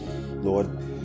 Lord